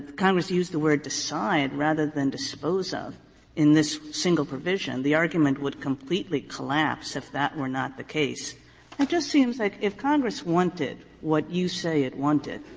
congress used the word decide rather than dispose of in this single provision. the argument would completely collapse if that were not the case. it just seems like if congress wanted what you say it wanted,